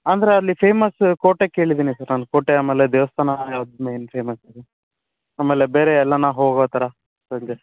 ಅಂದರೆ ಅಲ್ಲಿ ಫೇಮಸ್ ಕೋಟೆ ಕೇಳಿದ್ದೀನಿ ಸರ್ ನಾನು ಕೋಟೆ ಆಮೇಲೆ ದೇವಸ್ಥಾನ ಯಾವುದು ಮೇನ್ ಫೇಮಸ್ ಇದು ಆಮೇಲೆ ಬೇರೆ ಎಲ್ಲ ನಾವು ಹೋಗೋ ಥರ ಸಂಜೆ